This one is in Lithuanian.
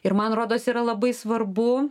ir man rodos yra labai svarbu